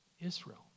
Israel